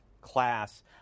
class